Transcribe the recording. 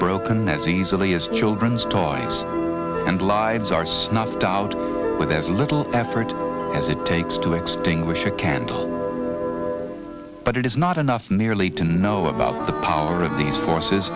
broken as easily as children's toys and lives are snuffed out with as little effort as it takes to extinguish a candle but it is not enough merely to know about the power of these forces